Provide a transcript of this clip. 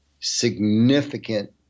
significant